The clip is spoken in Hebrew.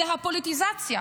הוא הפוליטיזציה.